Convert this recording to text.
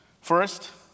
First